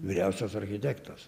vyriausias architektas